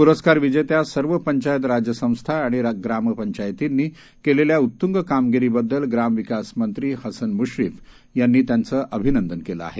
पुरस्कार विजेत्या सर्व पंचायत राज संस्था आणि ग्रामपंचायतींनी केलेल्या उत्तुंग कामगिरी बद्दल ग्रामविकास मंत्री हसन मुश्रीफ यांनी त्यांचं अभिनंदन केलं आहे